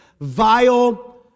vile